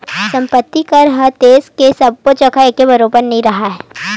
संपत्ति कर ह देस के सब्बो जघा एके बरोबर नइ राहय